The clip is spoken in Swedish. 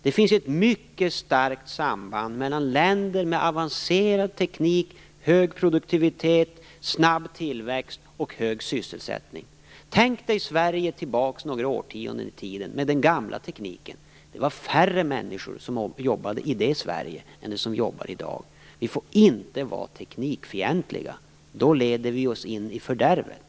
Det finns ett mycket starkt samband mellan avancerad teknik, hög produktivitet, snabb tillväxt och hög sysselsättning. Man kan tänka sig Sverige för några årtionden sedan med den gamla tekniken. Det var färre människor som jobbade i det Sverige än som jobbar i dag. Vi får inte vara teknikfientliga. Då leder vi oss in i fördärvet.